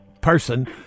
person